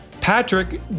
Patrick